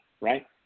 right